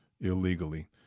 illegally